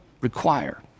require